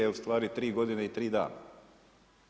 Ustvari 3 godine i 3 dana.